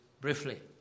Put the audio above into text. briefly